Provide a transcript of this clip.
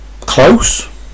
close